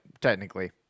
technically